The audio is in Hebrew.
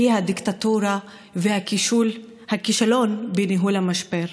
והיא הדיקטטורה והכישלון בניהול המשבר.